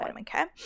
Okay